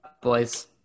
boys